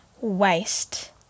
waste